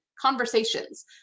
conversations